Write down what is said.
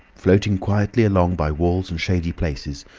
floating quietly along by walls and shady places,